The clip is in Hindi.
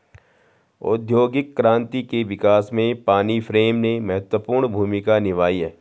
औद्योगिक क्रांति के विकास में पानी फ्रेम ने महत्वपूर्ण भूमिका निभाई है